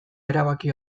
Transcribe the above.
erabaki